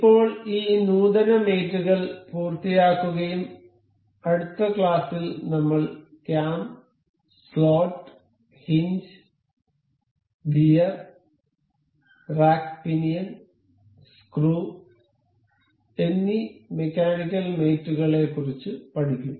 ഇപ്പോൾ ഈ നൂതനമേറ്റ് കൾ പൂർത്തിയാക്കുകയും അടുത്ത ക്ലാസ്സിൽ നമ്മൾ cam slot hinge gear rack pinion screw എന്നീ മെക്കാനിക്കൽ മേറ്റ് കളെക്കുറിച്ചു പഠിക്കും